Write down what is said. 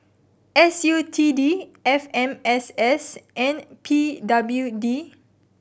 S U T D F M S S and P W D